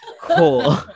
cool